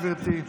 גברתי,